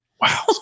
wow